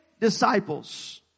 disciples